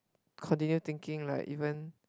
continue thinking like even